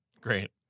Great